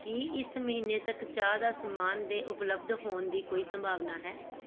ਕੀ ਇਸ ਮਹੀਨੇ ਤੱਕ ਚਾਹ ਦਾ ਸਮਾਨ ਦੇ ਉਪਲਬਧ ਹੋਣ ਦੀ ਕੋਈ ਸੰਭਾਵਨਾ ਹੈ